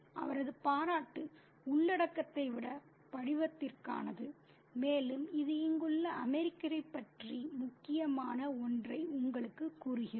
அவரது பாராட்டு உள்ளடக்கத்தை விட படிவத்திற்கானது மேலும் இது இங்குள்ள அமெரிக்கரைப் பற்றி முக்கியமான ஒன்றை உங்களுக்குக் கூறுகிறது